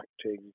acting